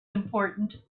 important